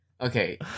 Okay